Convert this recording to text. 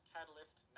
Catalyst